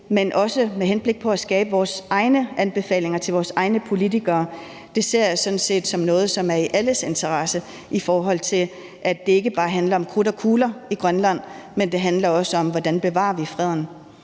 men også med henblik på at skabe vores egne anbefalinger til vores egne politikere, ser jeg sådan set som noget, som er i alles interesse, i forhold til at det ikke bare handler om krudt og kugler i Grønland, men at det også handler om, hvordan vi bevarer freden.